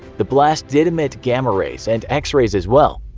the blast did emit gamma rays, and x-rays as well.